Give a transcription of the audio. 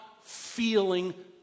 feeling